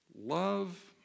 Love